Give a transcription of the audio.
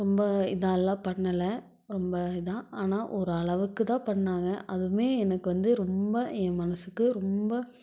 ரொம்ப இதாகலாம் பண்ணலை ரொம்ப இதுதான் ஆனால் ஒரு அளவுக்குதான் பண்ணிணாங்க அதுவுமே எனக்கு வந்து ரொம்ப என் மனதுக்கு ரொம்ப